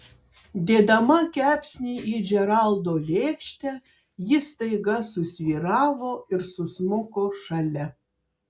dėdama kepsnį į džeraldo lėkštę ji staiga susvyravo ir susmuko šalia